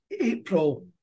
April